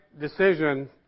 decision